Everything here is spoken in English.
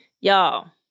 Y'all